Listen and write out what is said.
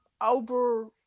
over